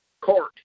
Court